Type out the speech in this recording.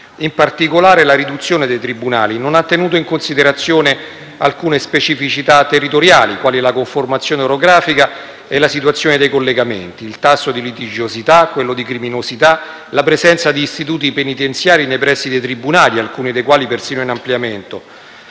In particolare, la riduzione dei tribunali non ha tenuto in considerazione alcune specificità territoriali, quali la conformazione orografica e la situazione dei collegamenti infrastrutturali, il tasso di litigiosità, quello di criminosità e la presenza di istituti penitenziari nei pressi dei tribunali, alcuni dei quali persino in ampliamento.